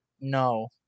no